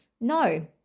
No